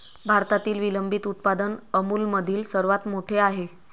भारतातील विलंबित उत्पादन अमूलमधील सर्वात मोठे आहे